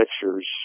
pictures